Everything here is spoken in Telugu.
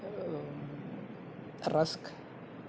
రస్క్